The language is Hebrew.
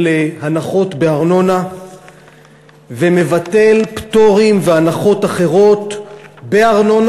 הנחות בארנונה וביטול פטורים והנחות אחרות בארנונה,